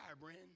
brand